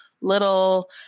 little